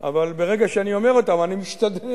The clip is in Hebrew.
אבל ברגע שאני אומר אותם אני משתדל